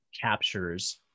captures